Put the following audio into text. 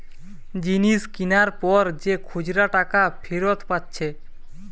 জিনিস কিনার পর যে খুচরা টাকা ফিরত পাচ্ছে